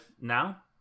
now